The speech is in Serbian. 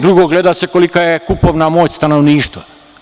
Drugo, gleda se kolika je kupovna moć stanovništva.